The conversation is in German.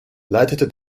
leitete